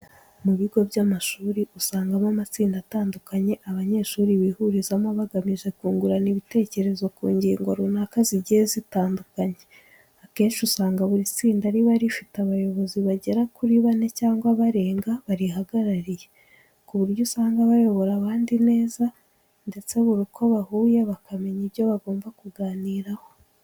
Mu bigo by'amashuri uzasangamo amatsinda atandukanye abanyeshuri bihurizamo, bagamije kungurana ibitekerezo ku ngingo runaka zigiye zitandukanye. Akenshi usanga buri tsinda riba rifite abayobozi bagera kuri bane cyangwa barenga barihagarariye, ku buryo usanga bayobora abandi neza ndetse buri uko bahuye bakamenya ibyo bagomba kuganiraho.